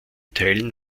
teilen